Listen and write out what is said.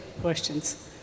questions